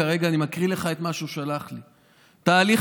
אני מקריא לך את מה שהוא שלח לי: תהליך